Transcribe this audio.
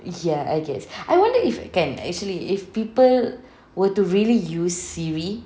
ya I guess I wonder if can actually if people were to really use SIRI